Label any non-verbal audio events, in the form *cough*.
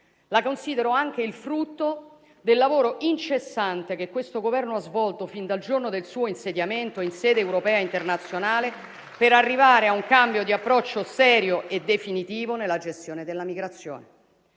La considero anche il frutto del lavoro incessante che questo Governo ha svolto fin dal giorno del suo insediamento in sede europea internazionale *applause* per arrivare a un cambio di approccio serio e definitivo nella gestione della migrazione.